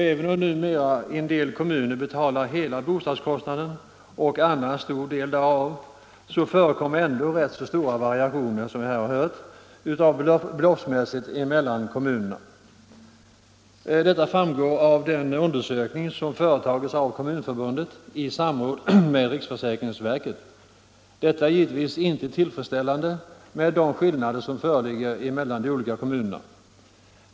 Även om numera en del kommuner betalar hela bostadskostnaden och andra en stor del därav, förekommer ändå som vi här har hört rätt så stora variationer beloppsmässigt mellan olika kommuner. Detta framgår av den undersökning som företagits av Kommunförbundet i samråd med riksförsäkringsverket. Det är givetvis inte tillfredsställande med de skillnader som föreligger mellan de olika kommunerna.